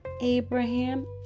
Abraham